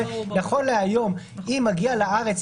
נכון להיום אם מגיע לארץ,